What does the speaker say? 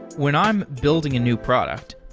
when i'm building a new product,